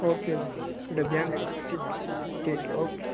okay okay ध्यान रखना बाक़ि ठीक है ओके